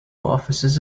offices